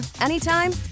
anytime